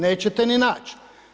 Nećete ni naći.